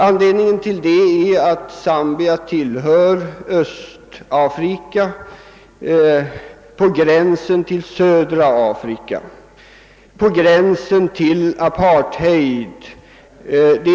Anledningen till det är att Zambia, som tillhör Östafrika, ligger på gränsen till södra Afrika, alltså på gränsen till ett apartheidområde.